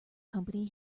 company